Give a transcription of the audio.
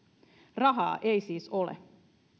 rahaa ei siis ole